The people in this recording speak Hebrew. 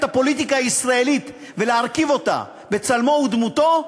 הפוליטיקה הישראלית ולהרכיב אותה בצלמו ובדמותו,